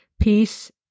peace